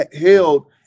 held